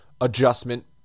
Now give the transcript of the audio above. adjustment